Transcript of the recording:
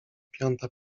piąta